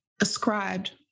ascribed